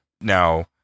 Now